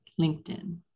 LinkedIn